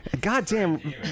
Goddamn